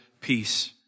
peace